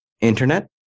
Internet